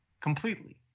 completely